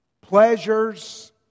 pleasures